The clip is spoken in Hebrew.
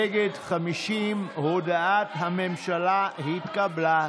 נגד, 50. הודעת הממשלה התקבלה.